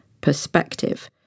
perspective